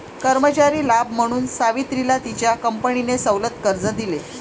कर्मचारी लाभ म्हणून सावित्रीला तिच्या कंपनीने सवलत कर्ज दिले